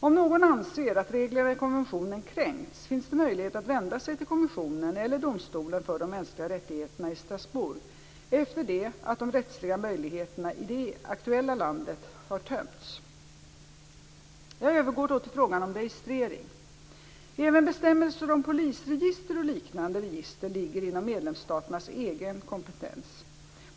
Om någon anser att reglerna i konventionen kränkts, finns det möjlighet att vända sig till kommissionen eller domstolen för de mänskliga rättigheterna i Strasbourg efter det att de rättsliga möjligheterna i det aktuella landet har tömts. Jag övergår då till frågan om registrering. Även bestämmelser om polisregister och liknande register ligger inom medlemsstaternas egen kompetens.